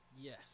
Yes